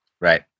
Right